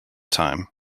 time